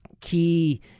key